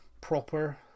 proper